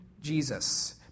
Jesus